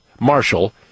Marshall